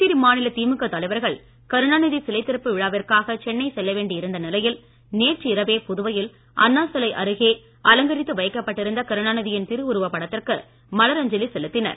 புதுச்சேரி மாநில திழுக தலைவர்கள் கருணாநிதி சிலை திறப்பு விழாவிற்காக சென்னை செல்ல வேண்டி இருந்த நிலையில் நேற்று இரவே புதுவையில் அண்ணா சிலை அருகே அலங்கரித்து வைக்கப்பட்டிருந்த கருணாநிதியின் திருவுருவப் படத்திற்கு மலர் அஞ்சலி செலுத்தினர்